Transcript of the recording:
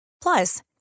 Plus